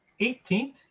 18th